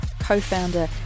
co-founder